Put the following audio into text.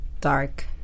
Dark